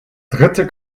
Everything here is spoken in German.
dritte